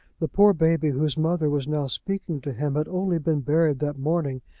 the poor baby whose mother was now speaking to him had only been buried that morning,